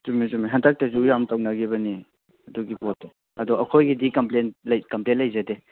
ꯆꯨꯝꯃꯦ ꯆꯨꯝꯃꯦ ꯍꯟꯗꯛꯇꯁꯨ ꯌꯥꯝ ꯇꯧꯅꯈꯤꯕꯅꯦ ꯑꯗꯨꯒꯤ ꯄꯣꯠꯇꯣ ꯑꯗꯣ ꯑꯩꯈꯣꯏꯒꯤꯗꯤ ꯀꯝꯄ꯭ꯂꯦꯟ ꯀꯝꯄ꯭ꯂꯦꯟ ꯂꯩꯖꯗꯦ